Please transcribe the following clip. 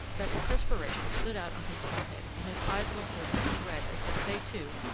that the perspiration stood out on his forehead and his eyes were bordered with red as if they, too,